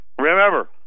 Remember